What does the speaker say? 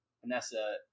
Vanessa